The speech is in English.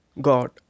God